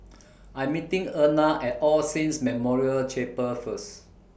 I'm meeting Erna At All Saints Memorial Chapel First